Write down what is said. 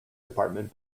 department